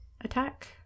attack